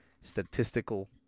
statistical